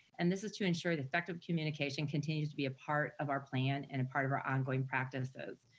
and this is to ensure that effective communication continues to be a part of our plan, and a part of our ongoing practices.